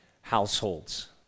households